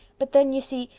but then, you see,